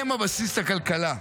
הם הבסיס לכלכלה.